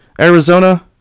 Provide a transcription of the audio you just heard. Arizona